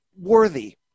worthy